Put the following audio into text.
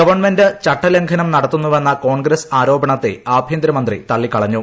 government ചട്ടലംഘനം നടത്തുന്നവന്നെ കോൺഗ്രസ് ആരോപണത്തെ ആഭ്യന്തരമന്ത്രി തള്ളിക്കളഞ്ഞു